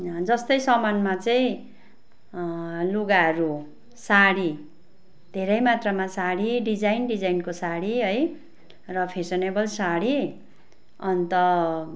जस्तै सामानमा चाहिँ लुगाहरू साडी धेरै मात्रमा साडी डिजाइन डिजाइनको साडी है र फेसनेवल साडी अन्त